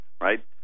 right